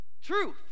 truth